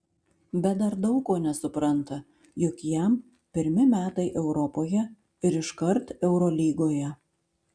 bet dar daug ko nesupranta juk jam pirmi metai europoje ir iškart eurolygoje